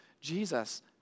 Jesus